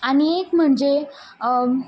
आनी एक म्हणजे